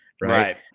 right